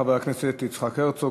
חבר הכנסת יצחק הרצוג,